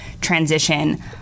transition